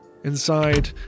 Inside